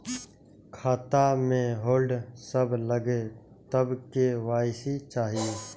खाता में होल्ड सब लगे तब के.वाई.सी चाहि?